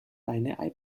eine